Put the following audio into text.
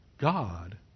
God